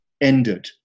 ended